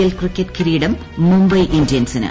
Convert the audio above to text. L cricket കിരീടം മുംബൈ ഇന്ത്യൻസിന്